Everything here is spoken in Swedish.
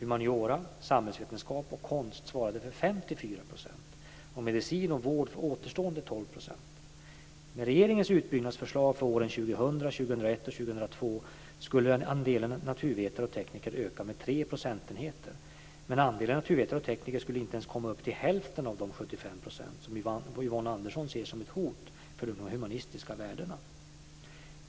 Humaniora, samhällsvetenskap och konst svarade för 54 % och medicin och vård för återstående 12 %. Med regeringens utbyggnadsförslag för åren 2000, 2001 och 2002 skulle andelen naturvetare och tekniker öka med ca 3 procentenheter, men andelen naturvetare och tekniker skulle inte ens komma upp till hälften av de 75 % som Yvonne Andersson ser som ett hot för de humanistiska värdena.